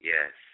Yes